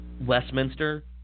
Westminster